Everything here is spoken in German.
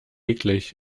eklig